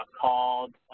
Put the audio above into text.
called